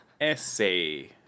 Essay